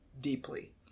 deeply